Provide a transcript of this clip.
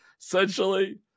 essentially